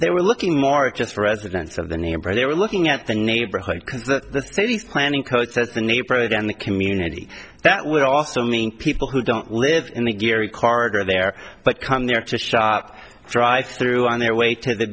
they were looking more just for residents of the neighbor they were looking at the neighborhood that the city's planning cuts as the neighborhood and the community that would also mean people who don't live in the gary carter there but come there to shop try through on their way to the